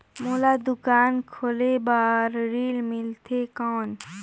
मोला दुकान खोले बार ऋण मिलथे कौन?